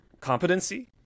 competency